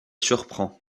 surprend